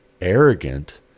arrogant